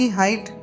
height